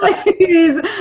Please